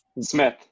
Smith